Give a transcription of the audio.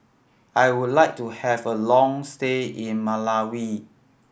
I would like to have a long stay in Malawi